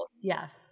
Yes